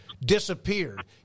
disappeared